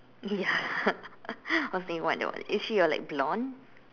ya I was thinking what that was is she like a blonde